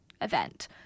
event